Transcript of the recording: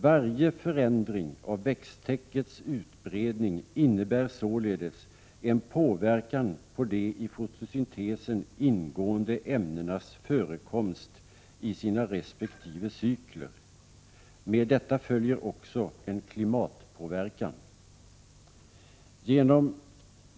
Varje förändring av växttäckets utbredning innebär således en påverkan på de i fotosyntesen ingående ämnenas förekomst i sina respektive cykler. Med detta följer också en klimatpåverkan.